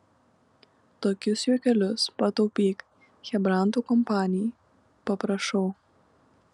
tokius juokelius pataupyk chebrantų kompanijai paprašau